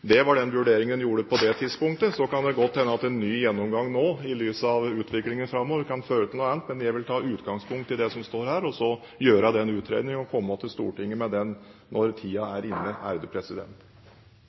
Det var den vurderingen en gjorde på det tidspunktet. Så kan det godt hende at en ny gjennomgang nå – i lys av utviklingen framover – kan føre til noe annet. Men jeg vil ta utgangspunkt i det som står her, og så gjøre den utredningen og komme til Stortinget med den når